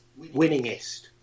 winningest